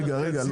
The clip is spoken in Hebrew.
רגע.